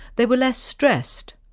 they were less stressed.